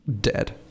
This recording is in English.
dead